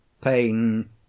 pain